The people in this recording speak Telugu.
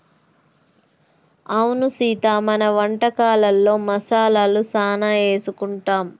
అవును సీత మన వంటకాలలో మసాలాలు సానా ఏసుకుంటాం